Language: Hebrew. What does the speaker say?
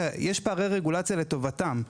כי יש פערי רגולציה לטובתם;